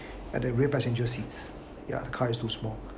at the rear passenger seat ya the car is too small